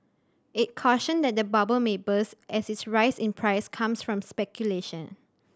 it cautioned that the bubble may burst as its rise in price comes from speculation